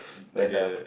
then the